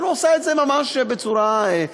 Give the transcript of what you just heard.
אבל הוא עשה את זה ממש בצורה חמודה.